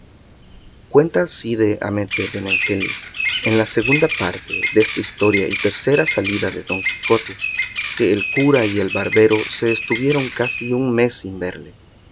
cuenta cide hamete benengeli en la segunda parte desta historia y tercera salida de don quijote que el cura y el barbero se estuvieron casi un mes sin verle